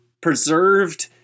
preserved